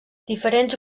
diferents